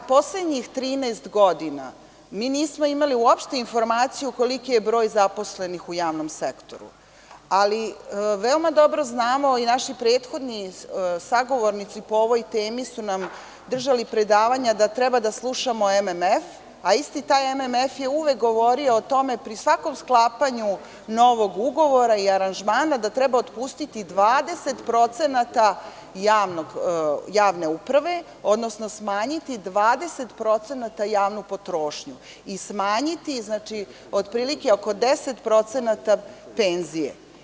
Za poslednjih 13 godina mi nismo imali uopšte informaciju koliki je broj zaposlenih u javnom sektoru, ali veoma dobro znamo, i naši prethodni sagovornici po ovoj temi su nam držali predavanja da treba da slušamo MMF, a isti taj MMF je uvek govorio o tome, pri svakom sklapanju novog ugovora i aranžmana da treba otpustiti 20% javne uprave, odnosno smanjiti 20% javnu potrošnju i smanjiti otprilike oko 10% penzije.